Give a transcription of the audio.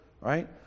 right